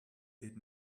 did